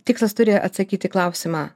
tikslas turi atsakyt į klausimą